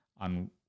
on